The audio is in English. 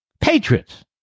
Patriots